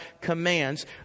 commands